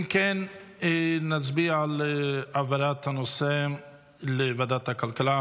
אם כן, נצביע על העברת הנושא לוועדת הכלכלה.